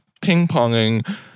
ping-ponging